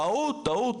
טעות, טעות.